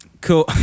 Cool